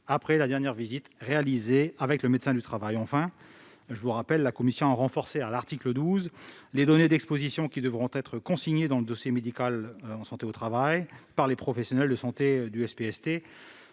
après la dernière visite du médecin du travail. Enfin, la commission a renforcé, à l'article 12, les données d'exposition qui devront être consignées dans le dossier médical de santé au travail, le DMST, par les professionnels de santé des SPST.